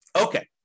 Okay